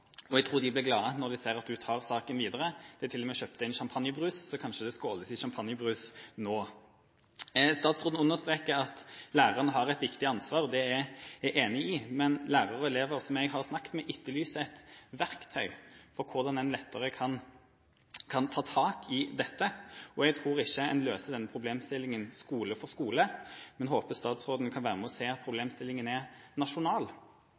og jeg tror de blir glade når de ser at statsråden tar saken videre. De har til og med kjøpt inn sjampanjebrus, så kanskje det skåles i sjampanjebrus nå. Statsråden understreket at læreren har et viktig ansvar, og det er jeg enig i, men lærere og elever som jeg har snakket med, etterlyser et verktøy for hvordan en lettere kan ta tak i dette. Jeg tror ikke en løser denne problemstillingen skole for skole, men håper statsråden kan være med og se at problemstillingen er nasjonal. Jeg håper statsråden er enig i at dette er en nasjonal